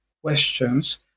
questions